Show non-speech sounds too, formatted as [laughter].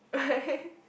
why [laughs]